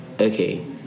okay